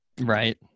Right